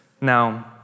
Now